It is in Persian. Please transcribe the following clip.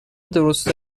درست